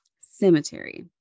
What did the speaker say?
cemetery